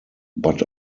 but